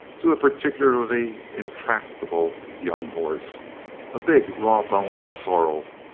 to a particularly intractable young horse a big, raw-boned sorrel,